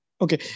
Okay